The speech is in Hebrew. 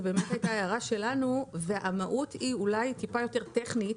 זאת הייתה הערה שלנו, והמהות קצת יותר טכנית.